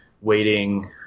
waiting